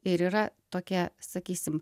ir yra tokia sakysim